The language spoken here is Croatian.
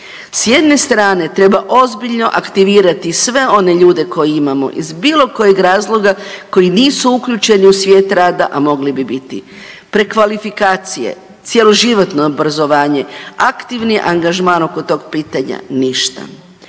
S jedne strane treba ozbiljno aktivirati sve one ljude koje imamo iz bilo kojeg razloga koji nisu uključeni u svijet rada, a mogli bi biti. Prekvalifikacije, cjeloživotno obrazovanje, aktivni angažman oko tog pitanja, ništa.